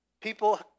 People